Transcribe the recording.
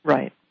Right